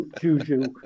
Juju